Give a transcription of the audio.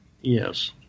yes